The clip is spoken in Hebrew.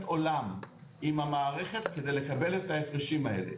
עולם עם המערכת כדי לקבל את ההפרשים האלה.